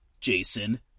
Jason